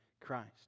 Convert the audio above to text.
Christ